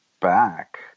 back